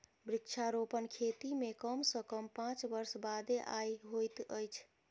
वृक्षारोपण खेती मे कम सॅ कम पांच वर्ष बादे आय होइत अछि